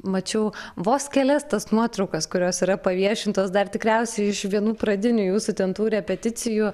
mačiau vos kelias tas nuotraukas kurios yra paviešintos dar tikriausiai iš vienų pradinių jūsų ten tų repeticijų